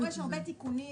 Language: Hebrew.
זה דורש הרבה תיקונים